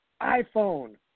iPhone